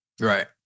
Right